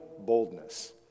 boldness